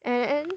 and